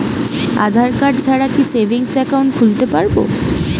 আধারকার্ড ছাড়া কি savings account খুলতে পারব?